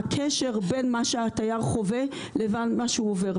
הקשר בין מה שהתייר חווה לבין מה שהוא עובר.